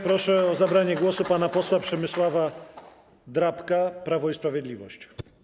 Proszę o zabranie głosu pana posła Przemysława Drabka, Prawo i Sprawiedliwość.